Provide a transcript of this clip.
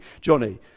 Johnny